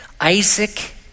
Isaac